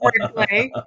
wordplay